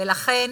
לאחר